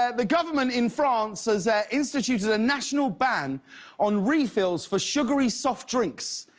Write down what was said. ah the government in france has ah instituted a national ban on refills for sugary soft drinks.